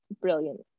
brilliant